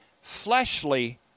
fleshly